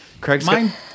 Craig's